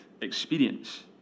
experience